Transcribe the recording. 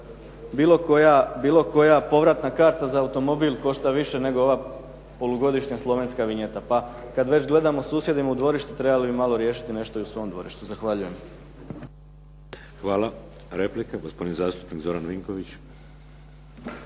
bilo koja povratna karta za automobil košta više nego ova polugodišnja slovenska vinjeta. Pa kada već gledamo susjedima u dvorište, trebali bi malo riješiti nešto i u svom dvorištu. **Šeks, Vladimir (HDZ)** Hvala. Replika, gospodin zastupnik Zoran Vinković.